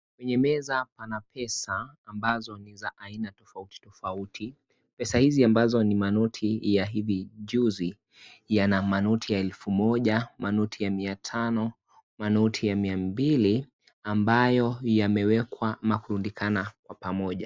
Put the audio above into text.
Kwenye meza pana pesa, ambazo ni za aina tufouti tufouti. Pesa hizi ambazo ni manoti ya hivi juzi, yana manoti ya elfu moja, manoti ya mia tano, manoti ya mia mbili, ambayo yamewekwa ama kurudikana kwa pamoja.